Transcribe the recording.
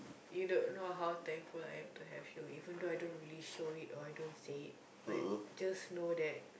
you don't know how thankful I am to have you even though I really don't show it or I don't say but just know that